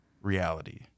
reality